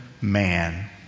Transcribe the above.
man